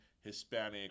Hispanic